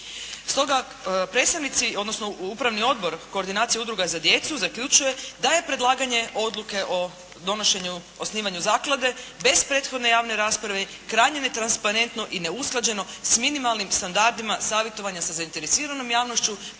Stoga, predstavnici, odnosno Upravni odbor koordinacije udruga za djecu zaključuje da je predlaganje odluke o donošenju, osnivanju zaklade, bez prethodne javne rasprave, krajnje netransparentno i neusklađeno s minimalnim standardima savjetovanja sa zainteresiranom javnošću,